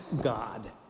God